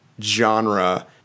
genre